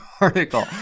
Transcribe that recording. article